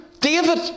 David